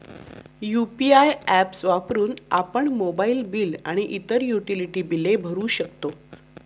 UPI apps वापरून आपण mobile bill आणि इतर युटिलिटी बिले भरू शकतो